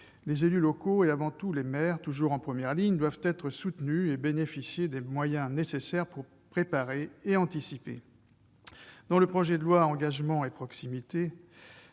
les élus locaux, et avant tout les maires, toujours en première ligne, doivent être soutenus et bénéficier des moyens nécessaires pour anticiper. Dans le projet de loi relatif